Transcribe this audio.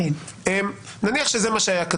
מרגיש.